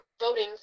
voting